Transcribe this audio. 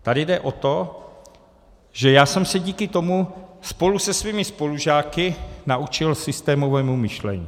Tady jde o to, že já jsem se díky tomu spolu se svými spolužáky naučil systémovému myšlení.